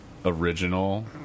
original